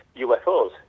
UFOs